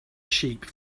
sheep